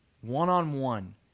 one-on-one